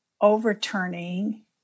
overturning